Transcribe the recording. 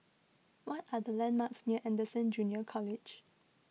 what are the landmarks near Anderson Junior College